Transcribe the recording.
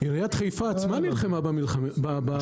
עירית חיפה עצמה נלחמה במפעלים שלה.